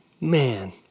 man